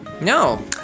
No